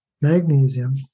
magnesium